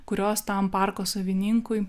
kurios tam parko savininkui